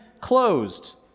closed